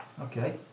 Okay